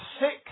six